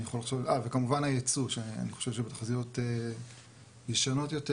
וכמובן הייצוא שאני חושב שבתחזיות ישנות יותר